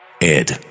Ed